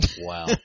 Wow